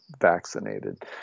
vaccinated